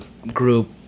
group